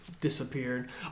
disappeared